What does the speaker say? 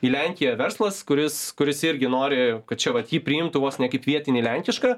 į lenkiją verslas kuris kuris irgi nori kad čia vat jį priimtų vos ne kaip vietinį lenkišką